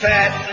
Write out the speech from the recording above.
Fat